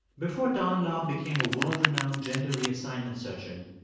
before don laub became a world-renowned gender reassignment surgeon,